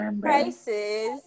prices